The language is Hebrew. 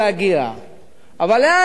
אתה היית ראש העיר באור-עקיבא,